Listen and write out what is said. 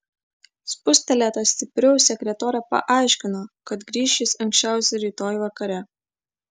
spustelėta stipriau sekretorė paaiškino kad grįš jis anksčiausiai rytoj vakare